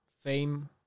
fame